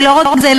ולא רק זה,